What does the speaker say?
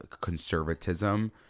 conservatism